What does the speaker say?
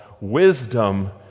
wisdom